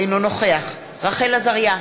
אינו נוכח רחל עזריה,